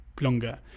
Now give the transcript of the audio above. longer